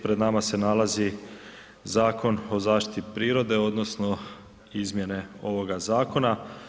Pred nama se nalazi Zakon o zaštiti prirode odnosno izmjene ovoga zakona.